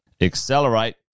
accelerate